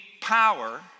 power